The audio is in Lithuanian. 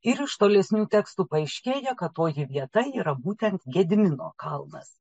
ir iš tolesnių tekstų paaiškėja kad toji vieta yra būtent gedimino kalnas